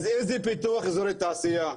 אז איזה פיתוח אזורי תעשייה?